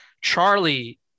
Charlie